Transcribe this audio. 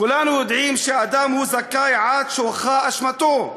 כולנו יודעים שאדם זכאי עד שהוכחה אשמתו,